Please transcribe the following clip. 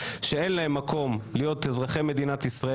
שאין להם מקום להיות אזרחי מדינת ישראל.